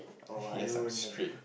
yes I'm straight